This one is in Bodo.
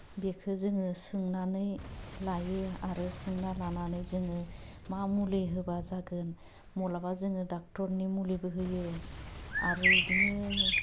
बेखौ जोङो सोंनानै लायो आरो सोंना लानानै जोङो मा मुलि होबा जागोन मलाबा जोङो डाक्टारनि मुलिबो होयो आरो बिदिनो